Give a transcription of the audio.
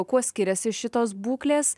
kuo skiriasi šitos būklės